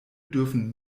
dürfen